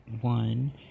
one